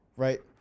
Right